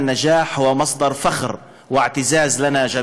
ההצלחה הזאת היא מקור גאווה ונחת לכולנו.